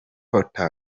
potter